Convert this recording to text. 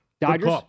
Dodgers